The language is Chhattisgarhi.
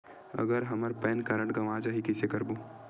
अगर हमर पैन कारड गवां जाही कइसे करबो?